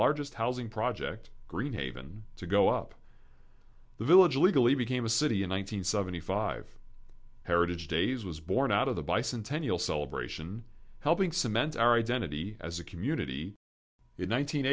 largest housing project green haven to go up the village illegally became a city in one nine hundred seventy five heritage days was born out of the bicentennial celebration helping cement our identity as a community in